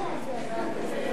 שמאלוב-ברקוביץ לסעיף